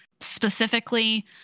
specifically